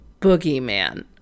boogeyman